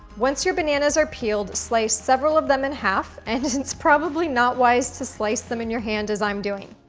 once your bananas are peeled, slice several of them in half and it's it's probably not wise to slice them in your hand as i'm doing.